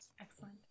excellent